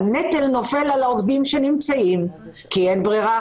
הנטל נופל על העובדים שנמצאים כי אין ברירה,